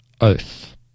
oath